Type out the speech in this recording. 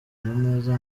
neza